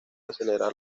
acelerar